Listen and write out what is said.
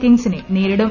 കിങ്സിനെ നേരിടും